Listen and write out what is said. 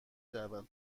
دعوت